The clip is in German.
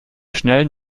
schnellen